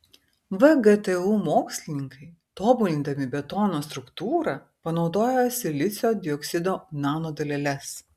vgtu mokslininkai tobulindami betono struktūrą panaudojo silicio dioksido nanodaleles